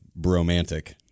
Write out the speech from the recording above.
bromantic